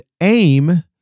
AIM